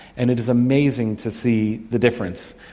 and it is amazing to see the difference.